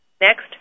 Next